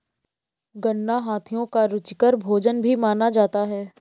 गन्ना हाथियों का रुचिकर भोजन भी माना जाता है